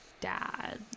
dad